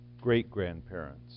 great-grandparents